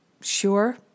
...sure